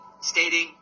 stating